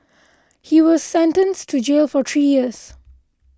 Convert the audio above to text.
he was sentenced to jail for three years